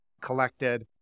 collected